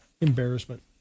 Embarrassment